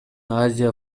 азия